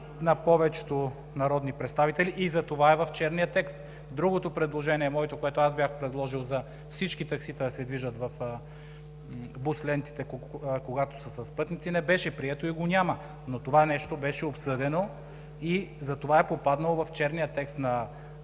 на повечето народни представители и затова е в черния текст. Другото предложение – моето, което аз бях предложил – за всички таксита да се движат в бус лентите, когато са с пътници, не беше прието и го няма. Но това нещо беше обсъдено и затова е попаднало в черния текст.